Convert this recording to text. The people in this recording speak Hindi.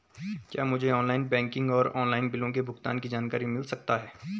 क्या मुझे ऑनलाइन बैंकिंग और ऑनलाइन बिलों के भुगतान की जानकारी मिल सकता है?